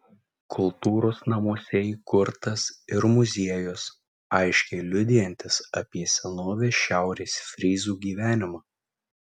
kultūros namuose įkurtas ir muziejus aiškiai liudijantis apie senovės šiaurės fryzų gyvenimą